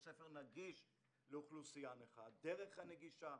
ספר נגיש לאוכלוסייה: הדרך הנגישה,